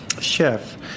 chef